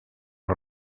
los